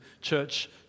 church